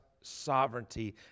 sovereignty